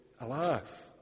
alive